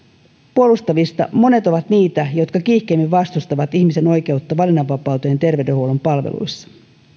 puolustavista monet ovat niitä jotka kiihkeimmin vastustavat ihmisen oikeutta valinnanvapauteen terveydenhuollon palveluissa